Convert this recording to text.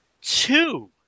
two